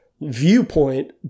viewpoint